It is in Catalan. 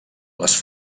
les